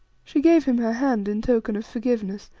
she gave him her hand in token of forgiveness,